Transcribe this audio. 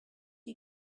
you